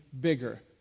bigger